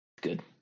Good